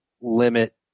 limit